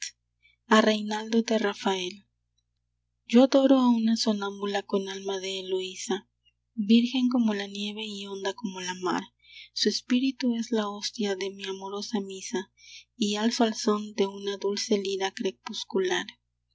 a reynaldo de rafael yo adoro a una sonámbula con alma de eloisa virgen como la nieve y honda como la mar su espíritu es la hostia de mi amorosa misa y alzo al són de una dulce lira crepuscular